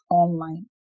online